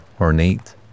ornate